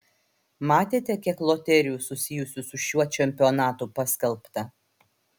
matėte kiek loterijų susijusių su šiuo čempionatu paskelbta